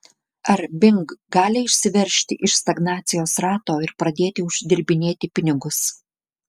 ar bing gali išsiveržti iš stagnacijos rato ir pradėti uždirbinėti pinigus